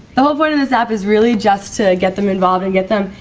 the whole point of this app is really just to get them involved and get them,